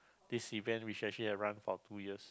this event which actually have run for two years